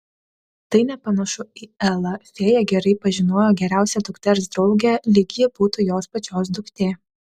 tai nepanašu į elą fėja gerai pažinojo geriausią dukters draugę lyg ji būtų jos pačios duktė